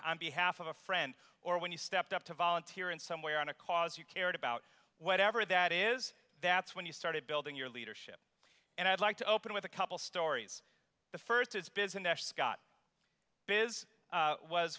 behalf of a friend or when you stepped up to volunteer in some way on a cause you cared about whatever that is that's when you started building your leadership and i'd like to open with a couple stories the first is business scott biz was